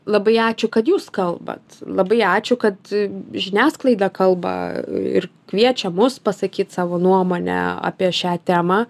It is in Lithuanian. labai ačiū kad jūs kalbat labai ačiū kad žiniasklaida kalba ir kviečia mus pasakyt savo nuomonę apie šią temą